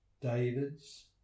Davids